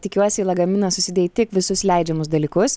tikiuosi į lagaminą susidėjai tik visus leidžiamus dalykus